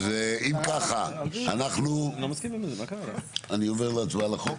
אז אם ככה אני עובר להצבעה על החוק?